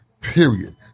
period